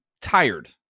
tired